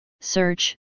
search